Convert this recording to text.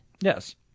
Yes